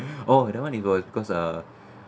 oh that one you got because uh